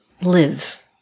live